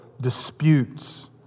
disputes